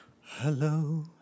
Hello